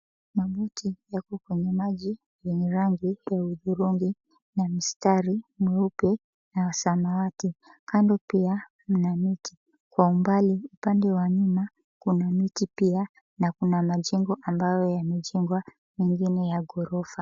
Maboti yako kwenye maji yenye rangi ya hudhurungi mistari mweupe na wa samawati. Kando pia mna miti, kwa umbali upande wa nyuma kuna miti pia na kuna majengo ambayo yamejengwa mengine ya ghorofa.